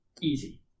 easy